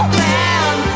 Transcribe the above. man